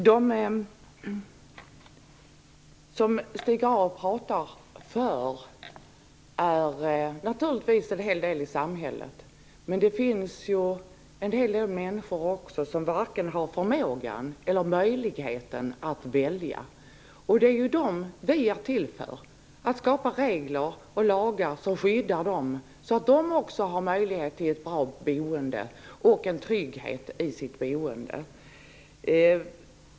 Herr talman! De som Stig Grauers talar för är naturligtvis en hel del i samhället. Men det finns ju också en hel del människor som varken har förmågan eller möjligheten att välja. Det är ju dem vi är till för. Vi skall skapa regler och lagar som skyddar dem, så att de också har möjlighet till ett bra boende och en trygghet i sitt boende.